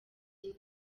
bimwe